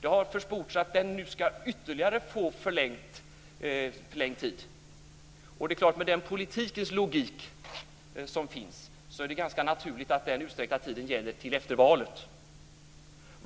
Det har försports att den nu skall få ytterligare förlängd tid. Med den politikens logik som finns är det naturligt att den utsträckta tiden gäller fram till efter valet.